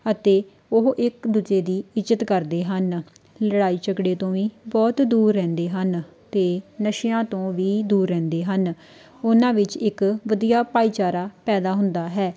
ਅਤੇ ਉਹ ਇੱਕ ਦੂਜੇ ਦੀ ਇੱਜ਼ਤ ਕਰਦੇ ਹਨ ਲੜਾਈ ਝਗੜੇ ਤੋਂ ਵੀ ਬਹੁਤ ਦੂਰ ਰਹਿੰਦੇ ਹਨ ਅਤੇ ਨਸ਼ਿਆਂ ਤੋਂ ਵੀ ਦੂਰ ਰਹਿੰਦੇ ਹਨ ਉਹਨਾਂ ਵਿੱਚ ਇੱਕ ਵਧੀਆ ਭਾਈਚਾਰਾ ਪੈਦਾ ਹੁੰਦਾ ਹੈ